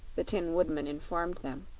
the tin woodman informed them,